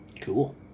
cool